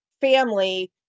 family